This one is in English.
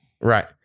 right